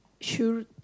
sure